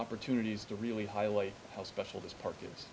opportunities to really highlight how special this par